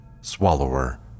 Swallower